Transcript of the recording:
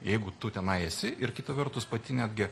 jeigu tu tenai esi ir kita vertus pati netgi